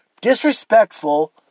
Disrespectful